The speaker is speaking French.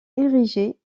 érigé